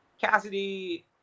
Cassidy